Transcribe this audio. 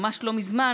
ממש לא מזמן,